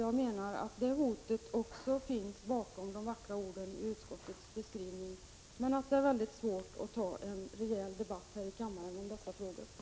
Jag menar att medvetenheten om detta hot saknas i utskottets beskrivning av situationen, men det är väldigt svårt att föra en rejäl debatt i kammaren om dessa frågor.